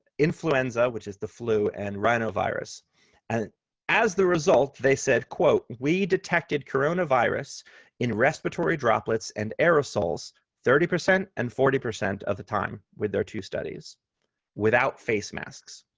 influenza, which is the flu and rhinovirus and as the result, they said, we detected coronavirus in respiratory droplets and aerosols thirty percent and forty percent of the time with their two studies without face masks.